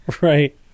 Right